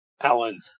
Alan